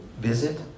visit